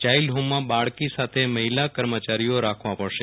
યાઈલ્ડ હોમમાં બાળકીની સાથે મહિલા કર્મયારીઓ રાખવા પડશે